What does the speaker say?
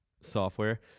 software